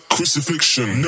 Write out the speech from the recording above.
Crucifixion